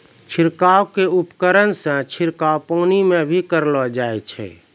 छिड़काव क उपकरण सें छिड़काव पानी म भी करलो जाय छै